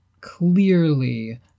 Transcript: clearly